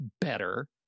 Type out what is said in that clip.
better—